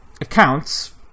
accounts